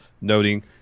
noting